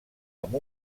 amb